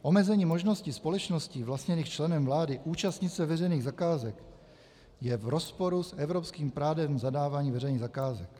Omezení možnosti společností vlastněných členem vlády účastnit se veřejných zakázek je v rozporu s evropským právem zadávání veřejných zakázek.